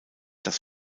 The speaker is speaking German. das